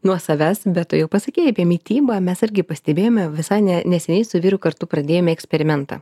nuo savęs bet tu jau pasakei apie mitybą mes irgi pastebėjome visai ne neseniai su vyru kartu pradėjome eksperimentą